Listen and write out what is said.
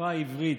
השפה העברית.